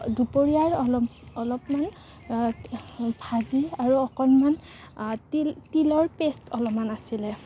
দুপৰীয়াৰ অলপ অলপ মানে ভাজি আৰু অকণমান তিল তিলৰ পেষ্ট অলপমান আছিলে